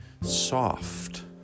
soft